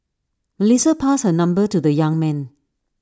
Melissa passed her number to the young man